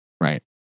right